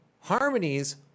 harmonies